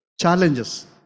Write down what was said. challenges